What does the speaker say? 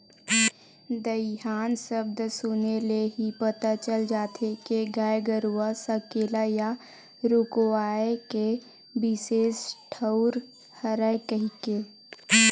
दईहान सब्द सुने ले ही पता चल जाथे के गाय गरूवा सकेला या रूकवाए के बिसेस ठउर हरय कहिके